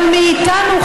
אבל מאיתנו,